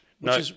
No